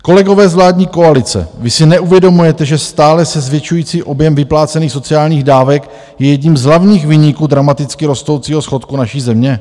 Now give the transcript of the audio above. Kolegové z vládní koalice, vy si neuvědomujete, že stále se zvětšující objem vyplácených sociálních dávek je jedním z hlavních viníků dramaticky rostoucího schodku naší země?